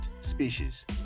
species